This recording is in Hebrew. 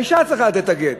האישה צריכה לתת את הגט.